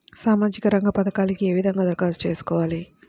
సామాజిక రంగ పథకాలకీ ఏ విధంగా ధరఖాస్తు చేయాలి?